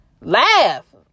laugh